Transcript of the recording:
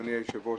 אדוני היושב-ראש,